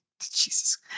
Jesus